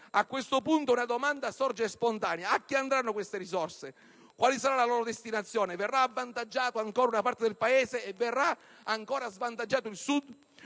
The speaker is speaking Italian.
A questo punto una domanda sorge spontanea. A chi andranno queste risorse? Quale sarà la loro destinazione? Verrà avvantaggiata ancora una parte del Paese e sarà ancora il Sud